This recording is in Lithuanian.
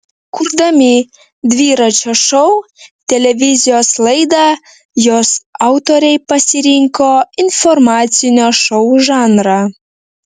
kurdami dviračio šou televizijos laidą jos autoriai pasirinko informacinio šou žanrą